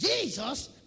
Jesus